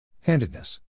Handedness